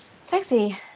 Sexy